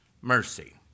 mercy